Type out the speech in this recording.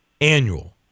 annual